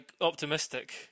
optimistic